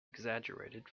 exaggerated